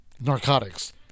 narcotics